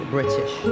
British